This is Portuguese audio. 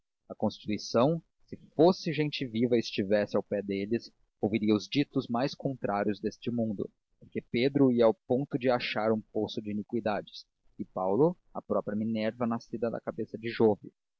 a constituição se fosse gente viva e estivesse ao pé deles ouviria os ditos mais contrários deste mundo porque pedro ia ao ponto de a achar um poço de iniquidades e paulo a própria minerva nascida da cabeça de jove